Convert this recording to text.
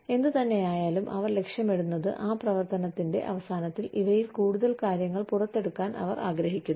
എന്തുതന്നെയായാലും അവർ ലക്ഷ്യമിടുന്നത് ആ പ്രവർത്തനത്തിന്റെ അവസാനത്തിൽ ഇവയിൽ കൂടുതൽ കാര്യങ്ങൾ പുറത്തെടുക്കാൻ അവർ ആഗ്രഹിക്കുന്നു